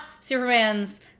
Superman's